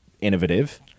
innovative